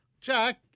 Jack